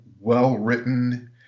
well-written